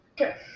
okay